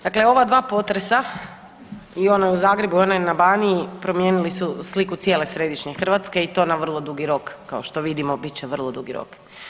Dakle, ova dva potresa i onaj u Zagrebu i onaj na Baniji promijenili su sliku cijele središnje Hrvatske i to na vrlo dugi rok, kao što vidimo bit će vrlo dugi rok.